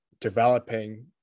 developing